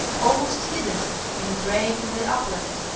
almost hidden in a break in the upland,